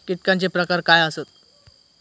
कीटकांचे प्रकार काय आसत?